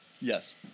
Yes